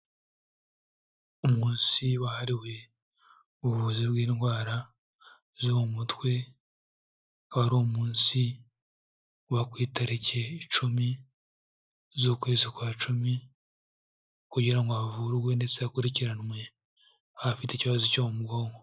Umunsi wahariwe ubuvuzi bw'indwara zo mu mutwe, aba ari umunsi uba ku itariki icumi z'ukwezi kwa cumi, kugirango havurwe ndetse hakurikiranwe abafite ikibazo cyo mu bwonko.